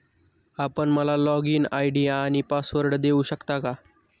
आपण मला login ID आणि पासवर्ड देऊ शकता का?